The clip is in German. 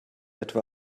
etwa